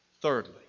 Thirdly